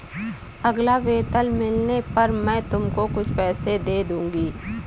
अगला वेतन मिलने पर मैं तुमको कुछ पैसे दे दूँगी